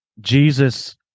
Jesus